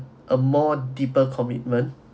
a more deeper commitment